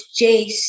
Jace